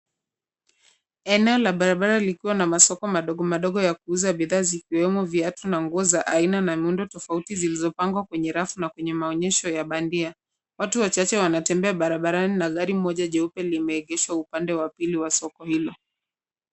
Eneo la barabara likiwa na masoko madogo madogo ya kuuza bidhaa zikiwemo viatu na nguo za miundo na aina tofauti zilizopangwa kwenye rafu na kwenye maonyesho ya bandia. Watu wachache wanatembea barabarani na gari moja jeupe limeegeshwa upande wa pili wa soko hilo.